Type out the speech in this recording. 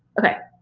okay.